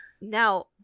Now